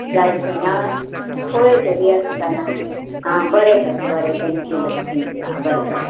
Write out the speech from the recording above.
जायसो ना पळय तरी आसताना आ बरें तर बरें थँक्यू बरें थँक्यू आं बरें बरें